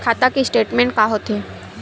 खाता के स्टेटमेंट का होथे?